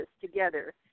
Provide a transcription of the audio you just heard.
together